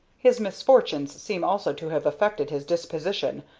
his misfortunes seem also to have affected his disposition,